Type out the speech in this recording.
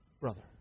Brother